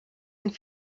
and